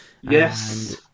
yes